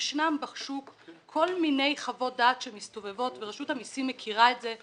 שישנם בשוק כל מיני חוות דעת שמסתובבות ורשות המיסים מכירה את זה.